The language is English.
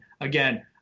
Again